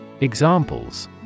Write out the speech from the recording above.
Examples